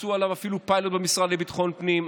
ועשו עליו אפילו פיילוט במשרד לביטחון הפנים,